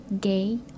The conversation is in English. gay